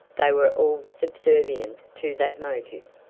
they were all subservient to that motive.